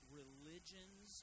religion's